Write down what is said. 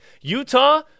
Utah